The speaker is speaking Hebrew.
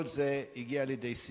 כל זה יגיע לידי סיום.